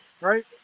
right